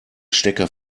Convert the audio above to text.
stecker